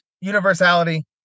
universality